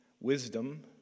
wisdom